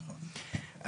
נכון,